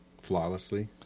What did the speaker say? flawlessly